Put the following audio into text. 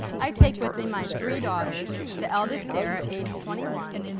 i take with me my three daughters. the eldest, sarah, age twenty one,